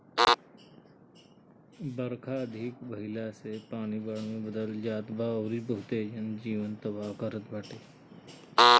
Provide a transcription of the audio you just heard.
बरखा अधिका भयला से इ पानी बाढ़ में बदल जात बा अउरी बहुते जन जीवन तबाह करत बाटे